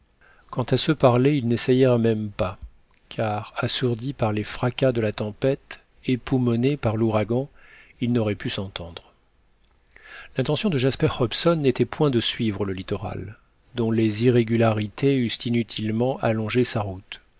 quant à se parler ils n'essayèrent même pas car assourdis par les fracas de la tempête époumonés par l'ouragan ils n'auraient pu s'entendre l'intention de jasper hobson n'était point de suivre le littoral dont les irrégularités eussent inutilement allongé sa route